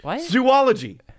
zoology